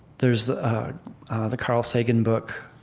there's the the carl sagan book